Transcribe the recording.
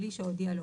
בלי שהודיע לו,